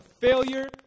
failure